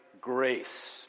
grace